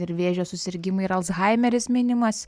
ir vėžio susirgimai ir alzhaimeris minimas